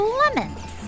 lemons